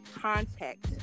Contact